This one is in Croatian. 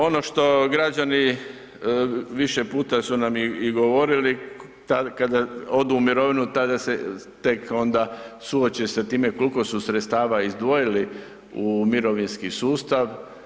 Ono što građani više puta su nam i govorili, tad kad odu u mirovinu, tada se tek onda suoče s a time koliko su sredstava izdvojili u mirovinski sustav.